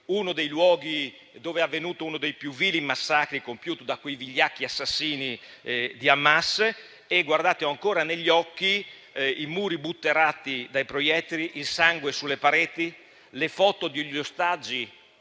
uno dei luoghi dove è avvenuto uno dei più vili massacri compiuti da quei vigliacchi assassini di Hamas, e ho ancora negli occhi i muri butterati dai proiettili, il sangue sulle pareti, le foto degli ostaggi